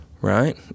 right